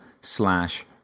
slash